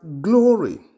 glory